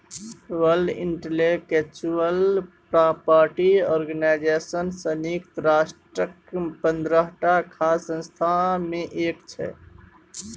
world intellectual property organisation संयुक्त राष्ट्रक पंद्रहटा खास संस्था मे एक छै